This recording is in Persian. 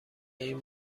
این